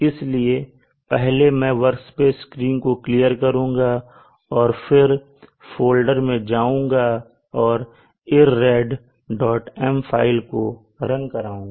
इसलिए पहले मैं वर्कस्पेस स्क्रीन को क्लियर करूंगा फिर फोल्डर मैं जाऊंगा और irradm फाइल को रन करुंगा